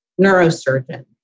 neurosurgeon